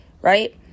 right